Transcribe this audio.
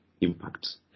impacts